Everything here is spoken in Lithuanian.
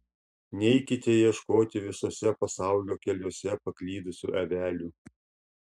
neikite ieškoti visuose pasaulio keliuose paklydusių avelių